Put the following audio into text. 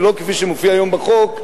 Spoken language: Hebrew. ולא כפי שמופיע היום בחוק,